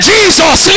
Jesus